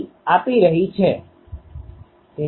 તેથી આ બે એલીમેન્ટ માટે પ્રિન્સિપલ પેટર્ન મલ્ટીપ્લીકેશન છે